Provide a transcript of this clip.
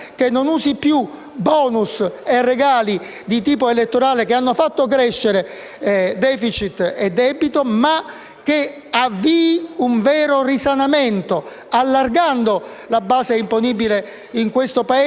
che avvii un vero risanamento, allargando la base imponibile in questo Paese. Come? Innanzitutto combattendo la corruzione, combattendo l'evasione,